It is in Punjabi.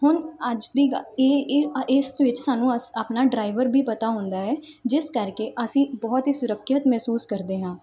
ਹੁਣ ਅੱਜ ਦੀ ਇਹ ਇਹ ਇਸ ਦੇ ਵਿੱਚ ਸਾਨੂੰ ਅਸੀਂ ਆਪਣਾ ਡਰਾਈਵਰ ਵੀ ਪਤਾ ਹੁੰਦਾ ਹੈ ਜਿਸ ਕਰਕੇ ਅਸੀਂ ਬਹੁਤ ਹੀ ਸੁਰੱਖਿਅਤ ਮਹਿਸੂਸ ਕਰਦੇ ਹਾਂ